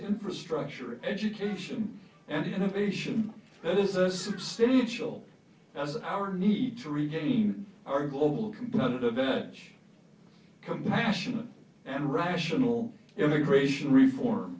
infrastructure education and innovation that is a substantial as our need to retain our global competitive edge compassionate and rational immigration reform